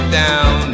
down